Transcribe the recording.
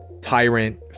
tyrant